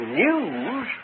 news